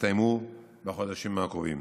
יסתיימו בחודשים הקרובים.